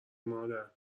مادر